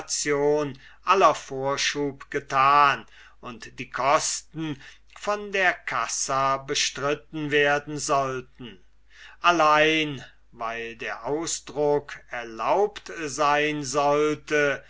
aller vorschub getan und die kosten von der cassa bestritten werden sollten allein weil der ausdruck erlaubt sein sollte